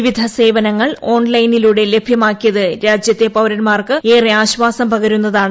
വിവിധ സേവനങ്ങൾ ഓൺലൈനിലൂടെ ലഭ്യമാക്കിയത് രാജ്യത്തെ പൌരന്മാർക്ക് ഏറെ ആശ്വാസം പകരുന്നതാണ്